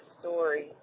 story